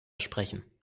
sprechen